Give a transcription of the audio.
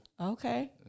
Okay